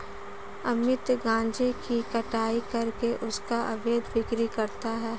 अमित गांजे की कटाई करके उसका अवैध बिक्री करता है